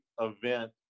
event